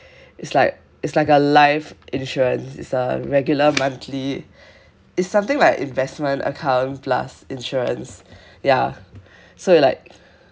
it's like it's like a life insurance it's a regular monthly it's something like investment account plus insurance ya so it like